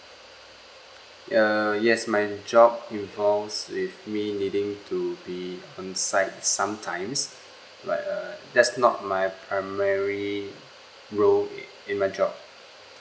ya yes my job involves with me needing to be onsite sometimes but uh that's not my primary role in in my job